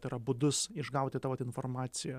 tai yra būdus išgauti tą vat informaciją